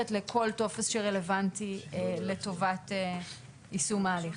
לכל טופס שרלוונטי לטובת יישום ההליך.